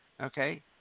okay